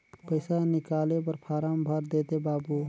पइसा निकाले बर फारम भर देते बाबु?